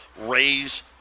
raise